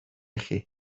chi